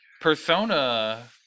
Persona